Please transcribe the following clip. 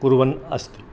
कुर्वन् अस्ति